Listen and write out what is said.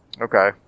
Okay